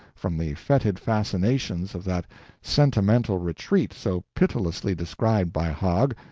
from the fetid fascinations of that sentimental retreat so pitilessly described by hogg,